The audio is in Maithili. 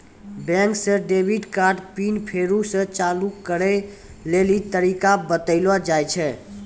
बैंके से डेबिट कार्ड पिन फेरु से चालू करै लेली तरीका बतैलो जाय छै